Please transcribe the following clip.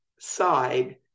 side